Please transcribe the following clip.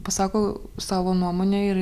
pasako savo nuomonę ir